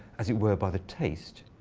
as it were, by the taste.